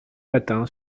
matin